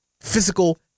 physical